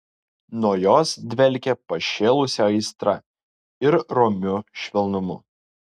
nuo jos dvelkė pašėlusia aistra ir romiu švelnumu